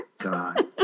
God